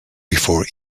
before